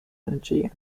energy